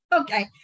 Okay